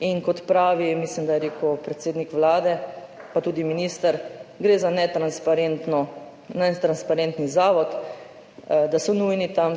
In kot pravi, mislim, da je rekel predsednik Vlade, pa tudi minister, gre za netransparenten zavod, da so tam